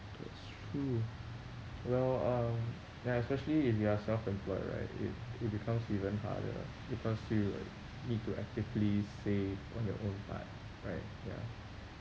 that's true well um ya especially if you are self-employed right it it becomes even harder because you need to actively save on your own part right ya